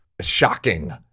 shocking